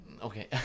Okay